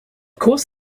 course